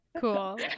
Cool